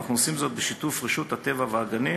ואנחנו עושים זאת בשיתוף רשות הטבע והגנים.